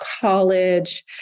college